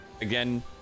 Again